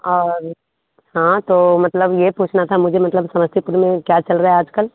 और हाँ तो मतलब ये पूछना था मुझे मतलब समस्तीपुर में क्या चल रहा है आज कल